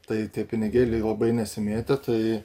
tai tie pinigėliai labai nesimėtė tai